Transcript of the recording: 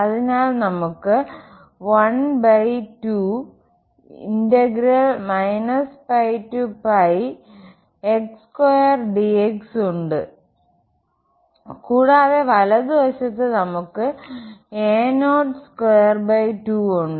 അതിനാൽ നമുക്ക് ഉണ്ട് കൂടാതെ വലതുവശത്ത്നമുക്ക് ഉണ്ട്